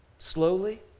Slowly